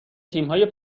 تیمهای